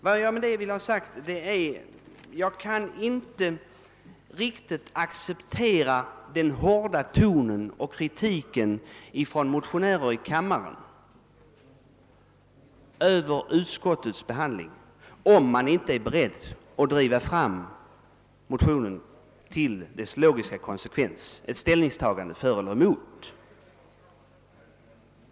Vad jag med detta vill ha sagt är att jag inte riktigt kan acceptera den hårda tonen och kritiken av utskottets behandling av motionerna från motionärerna i kammaren, om de inte är beredda att driva saken till dess logiska konsekvens och kräva ett ställningstagande av riksdagen för eller emot.